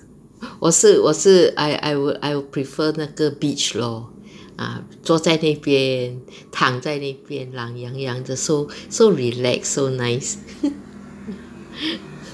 我是我是 I would I would prefer 那个 beach lor 坐在那边躺在那边懒洋洋的 so so relaxed so nice